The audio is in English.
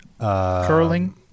curling